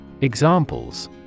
Examples